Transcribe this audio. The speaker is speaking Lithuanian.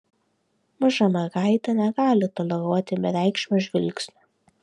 maža mergaitė negali toleruoti bereikšmio žvilgsnio